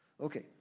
Okay